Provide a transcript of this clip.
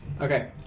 Okay